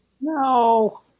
No